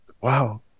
wow